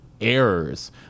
errors